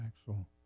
actual